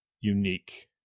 unique